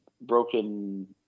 broken